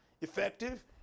effective